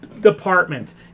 departments